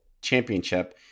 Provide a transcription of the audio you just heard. Championship